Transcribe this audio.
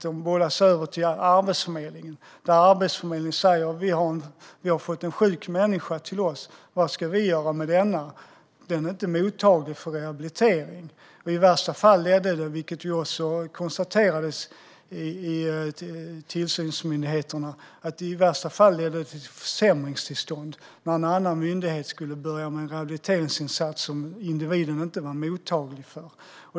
De bollades över till Arbetsförmedlingen, som inte vet vad de ska göra med en sjuk människa som inte är mottaglig för rehabilitering. I värsta fall ledde det, vilket också konstaterades av tillsynsmyndigheterna, till försämringstillstånd när en annan myndighet skulle börja med rehabiliteringsinsatser som individen inte var mottaglig för.